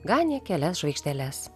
ganė kelias žvaigždeles